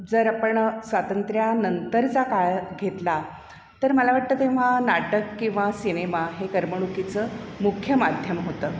जर आपण स्वातंत्र्यानंतरचा काळ घेतला तर मला वाटतं तेव्हा नाटक किंवा सिनेमा हे करमणुकीचं मुख्य माध्यम होतं